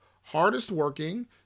hardest-working